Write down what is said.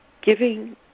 giving